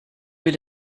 will